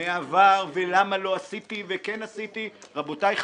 מהעבר ולמה לא עשיתי וכן עשיתי רבותיי,